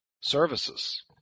services